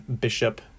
bishop